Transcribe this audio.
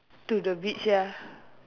to the beach ya